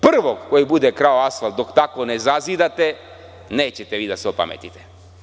Prvog koji bude krao asfalt dok tako ne zazidate nećete da se opametite.